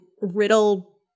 riddle